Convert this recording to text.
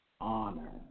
honor